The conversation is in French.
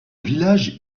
village